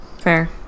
Fair